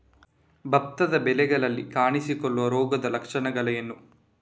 ಭತ್ತದ ಬೆಳೆಗಳಲ್ಲಿ ಕಾಣಿಸಿಕೊಳ್ಳುವ ರೋಗದ ಲಕ್ಷಣಗಳೇನು?